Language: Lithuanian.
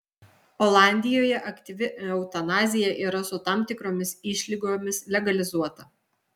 olandijoje aktyvi eutanazija yra su tam tikromis išlygomis legalizuota